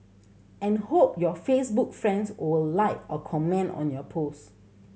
and hope your Facebook friends will like or comment on your post